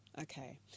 Okay